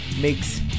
makes